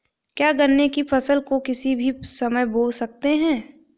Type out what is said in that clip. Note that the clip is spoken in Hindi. क्या गन्ने की फसल को किसी भी समय बो सकते हैं?